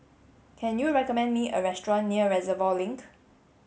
can you recommend me a restaurant near Reservoir Link